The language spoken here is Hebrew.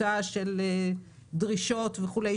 טיוטה של דרישות וכולי,